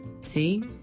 see